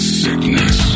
sickness